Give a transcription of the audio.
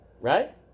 Right